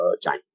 China